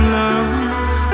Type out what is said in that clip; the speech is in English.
love